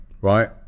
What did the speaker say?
right